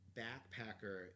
backpacker